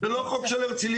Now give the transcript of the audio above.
זה לא חוק של הרצליה.